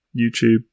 YouTube